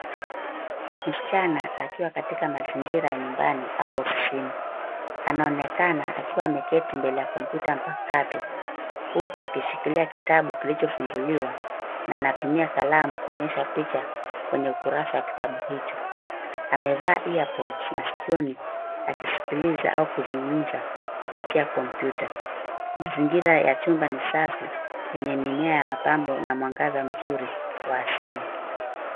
Msichana mdogo ameketi kwenye kiti, akionekana kuhudhuria darasa la mtandaoni au kikao cha video. Ana earphones masikioni na anashikilia kitabu kikubwa kilicho wazi, akionyesha picha ndani ya kitabu hicho kuelekea kwenye kamera ya kompyuta yake ndogo iliyo mbele yake.